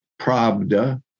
Pravda